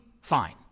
fine